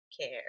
care